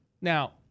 Now-